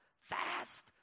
fast